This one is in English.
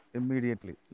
immediately